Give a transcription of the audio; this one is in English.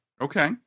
Okay